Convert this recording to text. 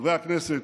חברי הכנסת,